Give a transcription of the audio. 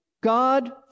God